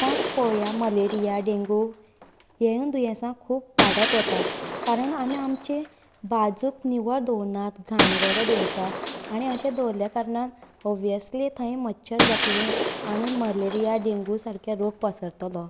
आतांच पळोवयां malaria dengue हें दुयेंसां खूब वाडत वतात कारण आमी आमचें बाजूत निवळ दवरनात घाणारडें दवरतात आनी अशें दवरल्या कारणान ऑब्वियसली थंय मच्छर जातलीं आनी मलेरिया डेंगू सारक्या रोग पसरतलो